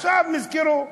עכשיו נזכרו.